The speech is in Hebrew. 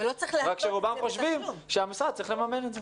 רק שרובם חושבים שהמשרד צריך לממן את זה.